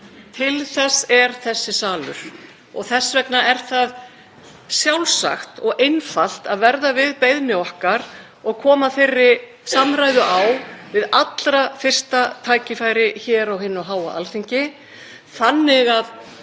Til þess er þessi salur. Þess vegna er sjálfsagt og einfalt að verða við beiðni okkar og koma þeirri samræðu á við allra fyrsta tækifæri hér á hinu háa Alþingi þannig að